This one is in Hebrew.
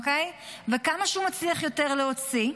כמה שהוא מצליח להוציא יותר.